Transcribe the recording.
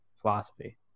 Philosophy